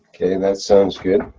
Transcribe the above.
okay, that sounds good.